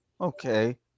Okay